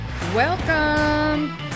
welcome